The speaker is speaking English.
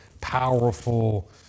powerful